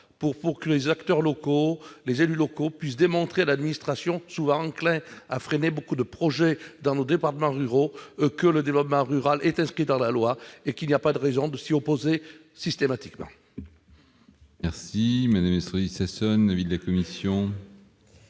que les acteurs et les élus locaux puissent démontrer à l'administration, souvent encline à freiner les projets dans les départements ruraux, que le développement rural est inscrit dans la loi et qu'il n'y a pas de raison de s'y opposer systématiquement. Quel est l'avis de la commission